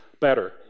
better